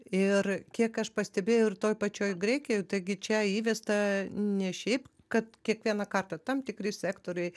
ir kiek aš pastebėjau ir toj pačioj graikijoj ir taigi čia įvesta ne šiaip kad kiekvieną kartą tam tikri sektoriai